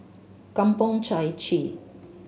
Kampong Chai Chee